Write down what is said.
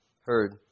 heard